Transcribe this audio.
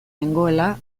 nengoela